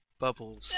Bubbles